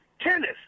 tennis